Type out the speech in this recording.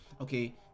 okay